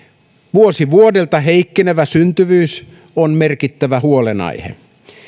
vuosi vuodelta heikkenevä syntyvyys on merkittävä huolenaihe